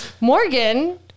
Morgan